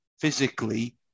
physically